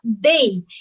day